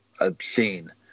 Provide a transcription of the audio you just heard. obscene